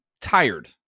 tired